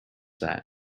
that